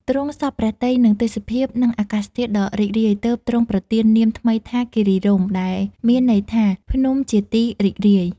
ទ្រង់សព្វព្រះទ័យនឹងទេសភាព និងអាកាសធាតុដ៏រីករាយ ទើបទ្រង់ប្រទាននាមថ្មីថា "គិរីរម្យ" ដែលមានន័យថា "ភ្នំជាទីរីករាយ"។